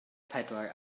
pedwar